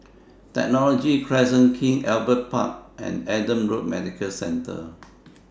Technology Crescent King Albert Park and Adam Road Medical Centre